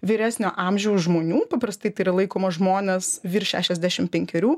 vyresnio amžiaus žmonių paprastai tai yra laikoma žmonės virš šešiasdešim penkerių